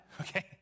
Okay